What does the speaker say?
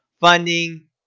funding